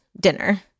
dinner